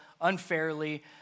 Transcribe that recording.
unfairly